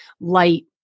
light